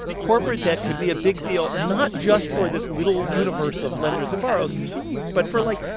corporate debt could be a big deal not just for this little universe of lenders and borrowers but for, like,